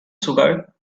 sugar